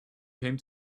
came